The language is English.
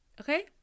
Okay